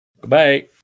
Goodbye